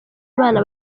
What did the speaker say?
abana